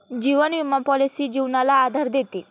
जीवन विमा पॉलिसी जीवनाला आधार देते